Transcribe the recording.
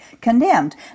condemned